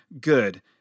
good